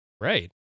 right